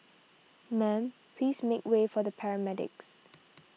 ma'am please make way for the paramedics